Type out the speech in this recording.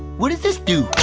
what does this do?